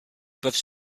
peuvent